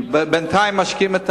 כי בינתיים משקים את